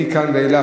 מכאן ואילך,